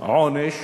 עונש